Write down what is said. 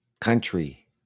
country